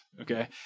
Okay